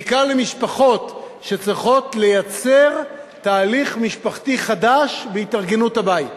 בעיקר למשפחות שצריכות לייצר תהליך משפחתי חדש בהתארגנות הבית.